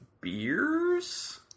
beers